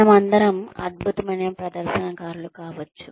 మనమందరం అద్భుతమైన ప్రదర్శనకారులు కావచ్చు